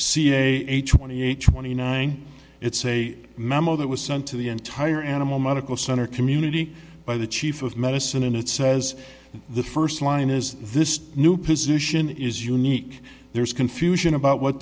age twenty eight twenty nine it's a memo that was sent to the entire animal medical center community by the chief of medicine and it says the first line is this new position is unique there's confusion about what